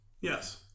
Yes